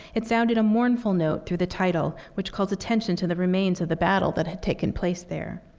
it sounded a mournful note through the title, which calls attention to the remains of the battle that had taken place there.